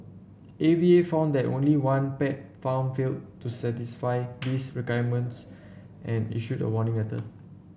A V A found that only one pet farm failed to satisfy these requirements and issued a warning letter